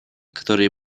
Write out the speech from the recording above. которые